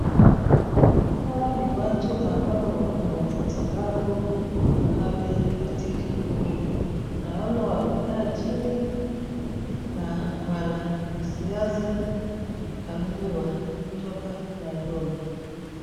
Hawa ni watu ambao wako na hitilafu mahali katika mwili. Naona wamekaa chini na mwanasiasa kamili wa kutoka Nairobi.